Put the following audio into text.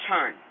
turn